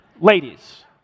Ladies